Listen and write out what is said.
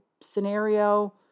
Scenario